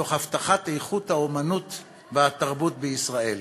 תוך הבטחת איכות האמנות והתרבות בישראל.